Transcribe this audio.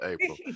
april